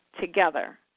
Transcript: together